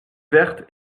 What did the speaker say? verte